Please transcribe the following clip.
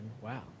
Wow